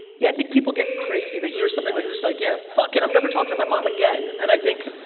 yeah, i think people get crazy. they hear something like this, they're like, yeah, fuck it, i'm never talking to my mom again. and i think,